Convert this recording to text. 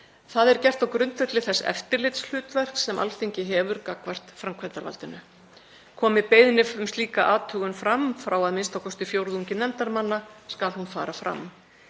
að athuga á grundvelli þess eftirlitshlutverks sem Alþingi hefur gagnvart framkvæmdarvaldinu. Komi beiðni um slíka athugun frá a.m.k. fjórðungi nefndarmanna skal hún fara fram.“